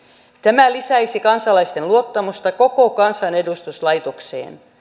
tämä lisäisi kansalaisten luottamusta koko kansanedustuslaitokseen